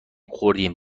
ﮔﺮﮔﺎﻥ